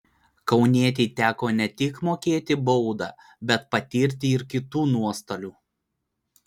kaunietei teko ne tik mokėti baudą bet patirti ir kitų nuostolių